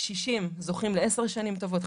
קשישים זוכים ל-10 שנים טובות,